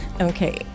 Okay